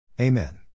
Amen